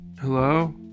Hello